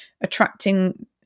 attracting